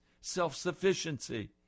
self-sufficiency